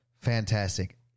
fantastic